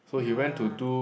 ya